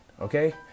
okay